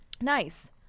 Nice